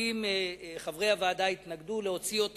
חברי הוועדה התנגדו להצעה להוציא את